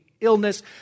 illness